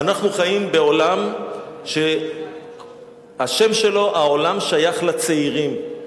אנחנו חיים בעולם שהשם שלו "העולם שייך לצעירים".